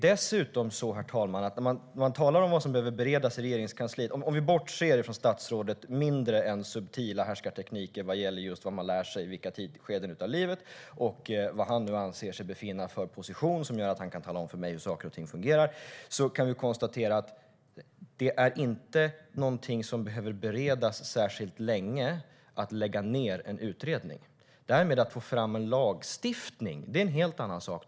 När man talar om vad som behöver beredas i Regeringskansliet, herr talman, och om vi bortser från statsrådets mindre subtila härskartekniker gällande vad man lär sig i vilka skeden av livet och vilken position han anser sig befinna sig i som gör att han kan tala om för mig hur saker och ting fungerar kan vi konstatera att nedläggning av en utredning inte är något som behöver beredas särskilt länge. Att få fram lagstiftning är dock en helt annan sak.